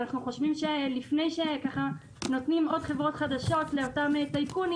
לפני שנותנים עוד חברות חדשות לאותם טייקונים,